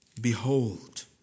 Behold